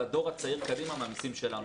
על הדור הצעיר קדימה מהמסים שלנו,